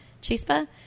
Chispa